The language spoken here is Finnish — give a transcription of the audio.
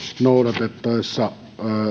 noudattavassa